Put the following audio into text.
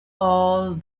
all